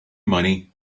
money